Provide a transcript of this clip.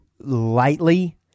lightly